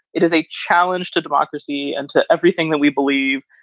it is a challenge to democracy and to everything that we believe.